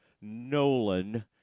Nolan